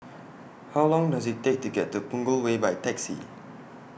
How Long Does IT Take to get to Punggol Way By Taxi